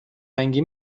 رنگی